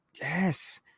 Yes